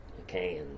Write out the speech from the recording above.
Okay